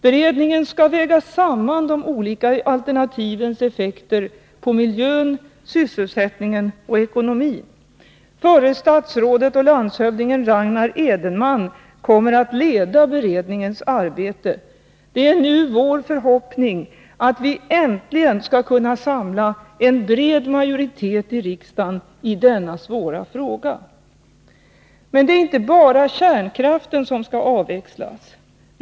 Beredningen skall väga samman de olika alternativens effekter på miljön, sysselsättningen och ekonomin. Förre statsrådet och landshövdingen Ragnar Edenman kommer att leda beredningens arbete. Det är vår förhoppning att vi nu äntligen skall kunna samla en bred majoritet i riksdagen i denna svåra fråga. Men det är inte bara kärnkraften som skall avvecklas.